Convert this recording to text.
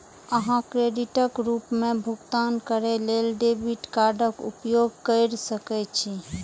अहां क्रेडिटक रूप मे भुगतान करै लेल डेबिट कार्डक उपयोग कैर सकै छी